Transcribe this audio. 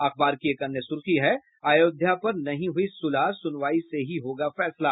अखबार की एक अन्य सुर्खी है अयोध्या पर नहीं हुई सुलह सुनवाई से ही होगा फैसला